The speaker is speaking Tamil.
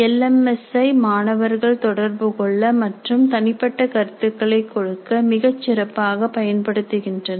எல் எம் எஸ் ஐ மாணவர்களை தொடர்புகொள்ள மற்றும் தனிப்பட்ட கருத்துக்களை கொடுக்க மிகச் சிறப்பாக பயன்படுத்துகின்றனர்